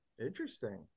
Interesting